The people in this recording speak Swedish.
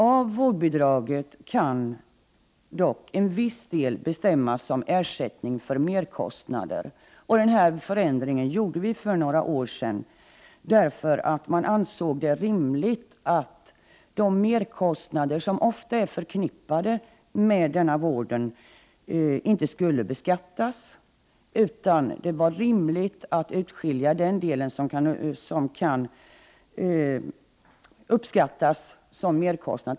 Av vårdbidraget kan dock en viss del bestämmas som ersättning för merkostnader. Denna förändring genomfördes för några år sedan, eftersom man ansåg det rimligt att de merkostnader som ofta är förknippade med denna vård inte skulle beskattas. Det var därför rimligt att till en särskild ersättning utskilja den del som kan uppskattas som merkostnad.